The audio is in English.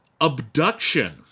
Abduction